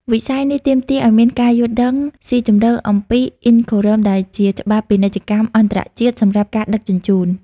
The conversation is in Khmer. វិស័យនេះទាមទារឱ្យមានការយល់ដឹងស៊ីជម្រៅអំពី "Incoterms" ដែលជាច្បាប់ពាណិជ្ជកម្មអន្តរជាតិសម្រាប់ការដឹកជញ្ជូន។